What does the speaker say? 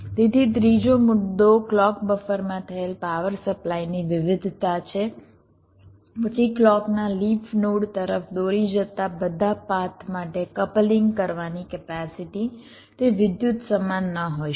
તેથી ત્રીજો મુદ્દો ક્લૉક બફરમાં થયેલ પાવર સપ્લાયની વિવિધતા છે પછી ક્લૉકના લિફ નોડ તરફ દોરી જતા બધા પાથ માટે કપલિંગ કરવાની કેપેસિટી તે વિદ્યુત સમાન ન હોઈ શકે